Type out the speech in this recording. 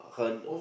her l~